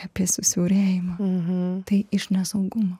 apie susiaurėjimą tai iš nesaugumo